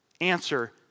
answer